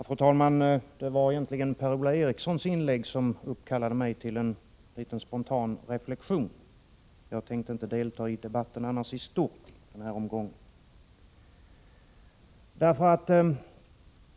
Fru talman! Det var egentligen Per-Ola Erikssons inlägg som uppkallade mig till en liten spontan reflexion. Jag tänkte annars inte delta i debatten i stort i den här omgången.